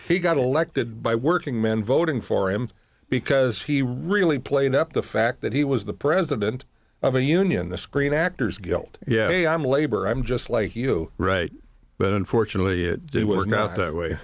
he got elected by working men voting for him because he really playing up the fact that he was the president of a union the screen actors guild yeah i'm a labor i'm just like you right but unfortunately it didn't work out that way